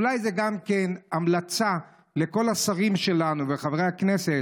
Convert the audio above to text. אולי זה גם המלצה לכל השרים שלנו וחברי הכנסת: